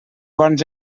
bons